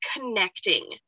connecting